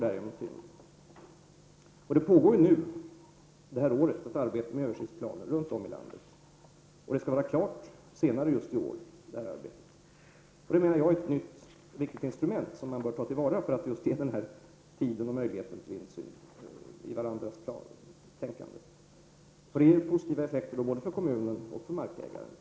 Det pågår nu ett arbete med översiktsplaner runt om i landet, och det arbetet skall vara klart senare i år. Det är ett nytt viktigt instrument som jag menar att man bör ta till vara för att just ge tid och möjlighet till insyn i varandras planer och tänkande. Det ger positiva effekter både för kommunen och för markägaren.